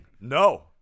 No